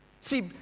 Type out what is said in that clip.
See